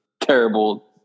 terrible